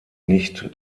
nicht